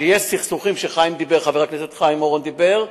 כשיהיו סכסוכים שחבר הכנסת חיים אורון דיבר עליהם,